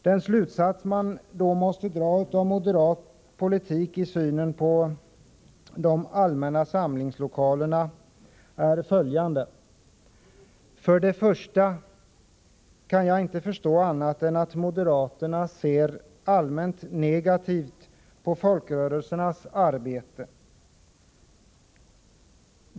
De slutsatser man måste dra av moderat politik när det gäller synen på de allmänna samlingslokalerna är: För det första kan jag inte förstå annat än att moderaterna ser allmänt negativt på folkrörelsernas arbete.